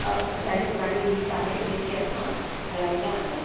ॾाढी पुराणी रीति आहे जेके असां हलाईंदा आहियूं